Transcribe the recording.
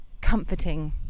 comforting